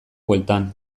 bueltan